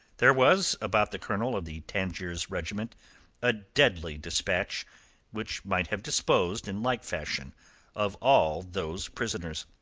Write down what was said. there was about the colonel of the tangiers regiment a deadly despatch which might have disposed in like fashion of all those prisoners,